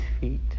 feet